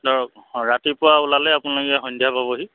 ধৰক ৰাতিপুৱা ওলালে আপোনালোকে সন্ধিয়া পাবহি